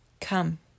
Come